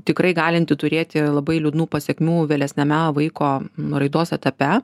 tikrai galinti turėti labai liūdnų pasekmių vėlesniame vaiko raidos etape